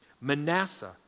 Manasseh